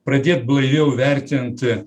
pradėt blaiviau vertint